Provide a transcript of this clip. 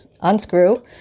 unscrew